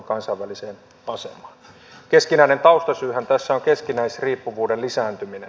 keskeinen taustasyyhän tässä on keskinäisriippuvuuden lisääntyminen